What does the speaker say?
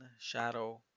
shadow